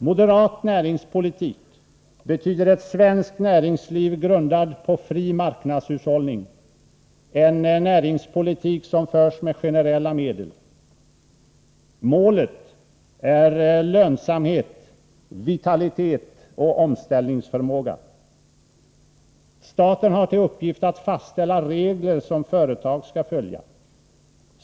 Moderat näringspolitik betyder ett svenskt näringsliv grundat på fri marknadshushållning, en näringspolitik som förs med generella medel. Målet är lönsamhet, vitalitet och omställningsförmåga. Staten har till uppgift att fastställa regler som företag skall följa.